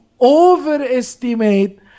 overestimate